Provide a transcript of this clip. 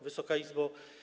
Wysoka Izbo!